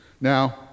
Now